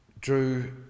Drew